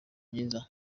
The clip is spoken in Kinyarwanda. myiza